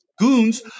goons